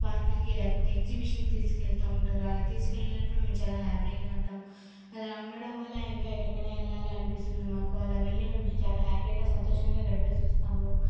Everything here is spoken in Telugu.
పార్కులకి లేకపోతే ఎగ్జిబిషన్కి తీసుకెళ్తూ ఉంటారు అలా తీసుకెళ్లినప్పుడు మేము చాలా హ్యాపీగా ఉంటాం అలా ఉండడం వల్ల ఇంకా ఎక్కడికైనా వెళ్లాలి అనిపిస్తుంది మాకు అలా వెళ్ళి మేము చాలా హ్యాపీగా సంతోషంగా గడిపేసి వస్తాము